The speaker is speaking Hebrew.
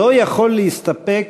לא יכול להסתפק